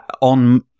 on